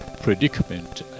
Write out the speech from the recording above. predicament